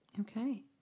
Okay